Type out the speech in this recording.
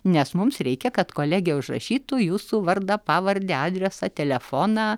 nes mums reikia kad kolegė užrašytų jūsų vardą pavardę adresą telefoną